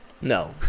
No